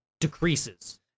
decreases